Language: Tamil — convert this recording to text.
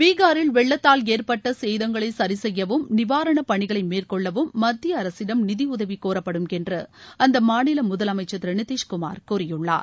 பீகாரில் வெள்ளத்தால் ஏற்பட்ட சேதங்களை சரிசெய்யவும் நிவாரணப்பணிகளை மேற்கொள்ளவும் மத்திய அரசிடம் நிதியுதவி கோரப்படும் என்று அந்த மாநிலம் முதலமைச்சா் திரு நிதிஷ்குமார் கூறியுள்ளார்